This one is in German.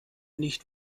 nicht